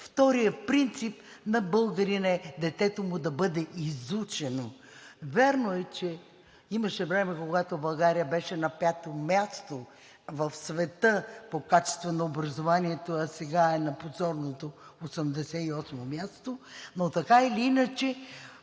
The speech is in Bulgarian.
Вторият принцип на българина е детето му да бъде изучено. Вярно е, че имаше време, когато България беше на пето място в света по качество на образованието, а сега е на позорното 88-о място, но така или иначе